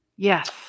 Yes